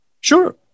Sure